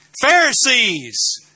Pharisees